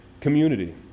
community